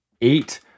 eight